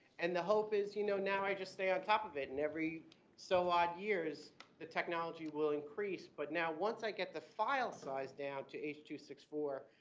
and the hope is, you know, now i just stay on top of it. and every so odd years the technology will increase. but now once i get the file size down h two six four,